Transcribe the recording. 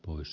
ois